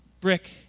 brick